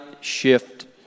shift